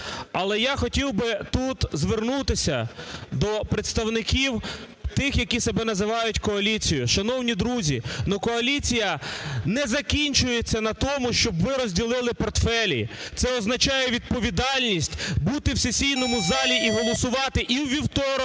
Але я хотів би тут звернутися до представників тих, які себе називають коаліцією. Шановні друзі, ну, коаліція не закінчується на тому, щоб ви розділили портфелі, це означає відповідальність бути в сесійному залі і голосувати, і у вівторок,